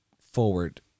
forward